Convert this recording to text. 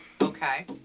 Okay